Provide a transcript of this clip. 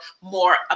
more